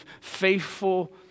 faithful